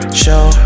show